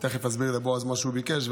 מה שהוא ביקש,